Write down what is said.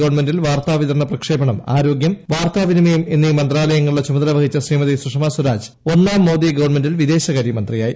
ഗവൺമെന്റിൽ വാർത്ത വിതരണ പ്രക്ഷേപണം ആരോഗ്യം വാർത്ത വിനിമയം എന്നീ മന്ത്രാലയങ്ങളുടെ ചുമതല വഹിച്ച ശ്രീമതി സുഷമ സ്വരാജ് ഒന്നാം മോദി ഗവൺമെന്റിൽ വിദേശകാര്യ മന്ത്രിയായി